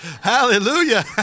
hallelujah